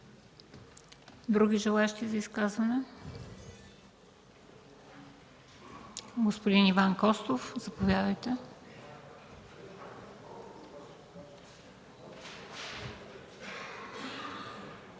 Други желаещи за изказване? Господин Иван Костов, заповядайте.